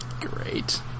Great